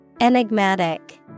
Enigmatic